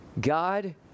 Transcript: God